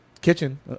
kitchen